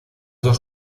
dos